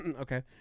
Okay